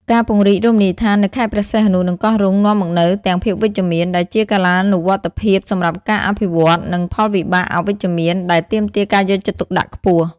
ការពង្រីករមណីយដ្ឋាននៅខេត្តព្រះសីហនុ និងកោះរ៉ុង នាំមកនូវទាំង ភាពវិជ្ជមាន ដែលជាកាលានុវត្តភាពសម្រាប់ការអភិវឌ្ឍ និង ផលវិបាកអវិជ្ជមាន ដែលទាមទារការយកចិត្តទុកដាក់ខ្ពស់។